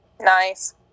Nice